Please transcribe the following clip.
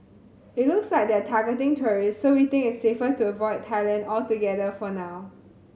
it looks like they're targeting tourists so we think it's safer to avoid Thailand altogether for now